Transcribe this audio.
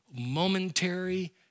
momentary